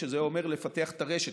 שזה אומר לפתח את הרשת,